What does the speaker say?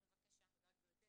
תודה, גברתי.